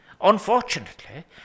Unfortunately